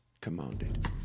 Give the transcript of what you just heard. commanded